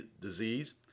disease